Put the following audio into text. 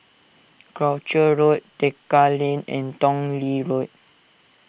Croucher Road Tekka Lane and Tong Lee Road